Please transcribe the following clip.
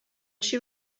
she